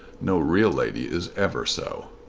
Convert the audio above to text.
no real lady is ever so.